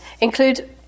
Include